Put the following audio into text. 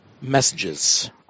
messages